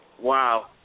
Wow